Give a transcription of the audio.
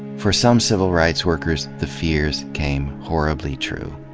for some civil rights workers, the fears came horribly true.